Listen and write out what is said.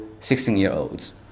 16-year-olds